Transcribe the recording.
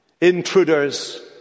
intruders